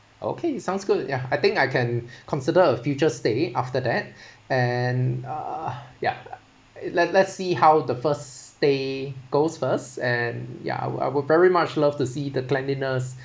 okay sounds good ya I think I can consider a future stay after that and uh yup it let let's see how the first stay goes first and ya I I will very much love to see the cleanliness